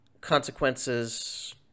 consequences